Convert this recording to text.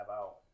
out